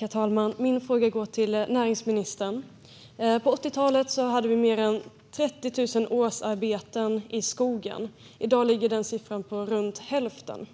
Herr talman! Min fråga går till näringsministern. På 80-talet hade vi mer än 30 000 årsarbeten i skogen. I dag ligger den siffran på runt hälften.